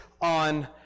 on